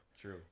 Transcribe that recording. True